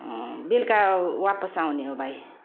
बेलुका वापस आउने हो भाइ